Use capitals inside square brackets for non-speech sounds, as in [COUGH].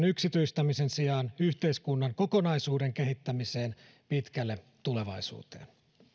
[UNINTELLIGIBLE] yksityistämisen sijaan yhteiskunnan kokonaisuuden kehittämiseen pitkälle tulevaisuuteen